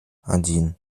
один